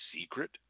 secret